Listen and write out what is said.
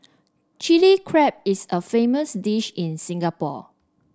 Chilli Crab is a famous dish in Singapore